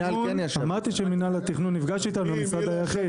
אמרתי שמינהל התכנון נפגש איתנו, המשרד היחיד.